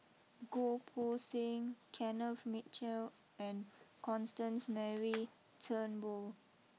Goh Poh Seng Kenneth Mitchell and Constance Mary Turnbull